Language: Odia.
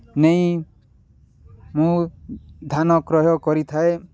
ନେଇ ମୁଁ ଧାନ କ୍ରୟ କରିଥାଏ